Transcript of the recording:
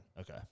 Okay